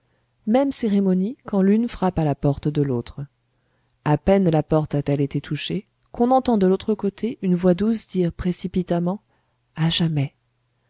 même cérémonie quand l'une frappe à la porte de l'autre à peine la porte a-t-elle été touchée qu'on entend de l'autre côté une voix douce dire précipitamment à jamais